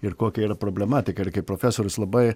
ir kokia yra problematika ir profesorius labai